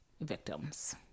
victims